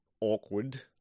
awkward